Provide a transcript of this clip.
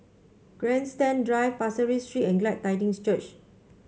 Grandstand Drive Pasir Ris Street and Glad Tidings Church